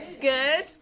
Good